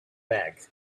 bag